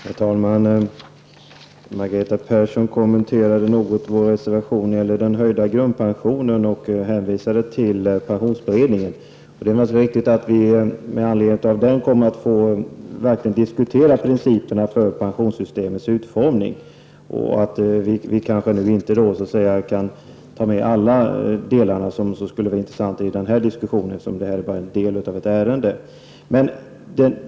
Herr talman! Margareta Persson kommenterade något vår reservation om en höjd grundpension och hänvisade till pensionsberedningen. Det är alldeles riktigt att vi med anledning av pensionsberedningen kommer att verkligen få diskutera principerna för pensionssystemets utformning. Vi kanske inte nu skall ta upp alla delar som skulle vara intressanta att diskutera, eftersom det här bara gäller en del av ärendet.